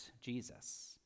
Jesus